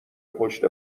پشت